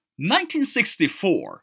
1964